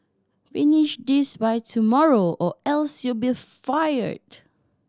finish this by tomorrow or else you'll be fired